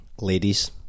ladies